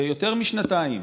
יותר משנתיים,